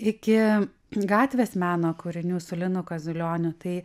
iki gatvės meno kūrinių su linu kaziulioniu tai